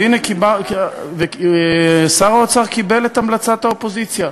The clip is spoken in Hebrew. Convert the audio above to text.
והנה, שר האוצר קיבל את המלצת האופוזיציה.